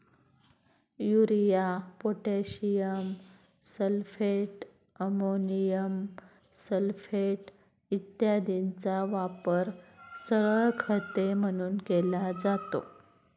urea, potassium sulphate, ammonium sulphate इत्यादींचा वापर सरळ खते म्हणून केला जातो